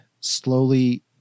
slowly